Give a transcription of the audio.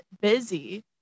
busy